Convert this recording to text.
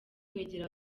kwegera